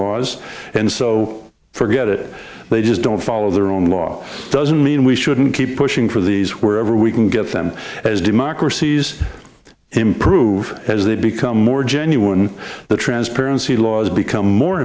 laws and so forget it they just don't follow their own law doesn't mean we shouldn't keep pushing for these wherever we can get them as democracies improve as they become more genuine the transparency laws become more